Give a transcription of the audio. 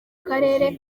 karere